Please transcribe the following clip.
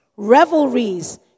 revelries